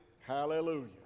Hallelujah